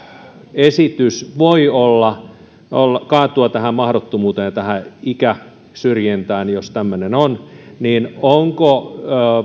esitys voi kaatua tähän mahdottomuuteen ja tähän ikäsyrjintään jos tämmöistä on onko